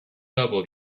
double